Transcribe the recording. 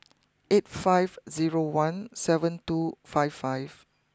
eight five zero one seven two five five